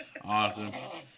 Awesome